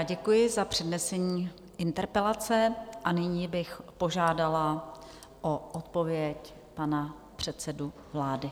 Děkuji za přednesení interpelace a nyní bych požádala o odpověď pana předsedu vlády.